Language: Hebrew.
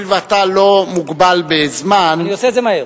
הואיל ואתה לא מוגבל בזמן, אני עושה את זה מהר.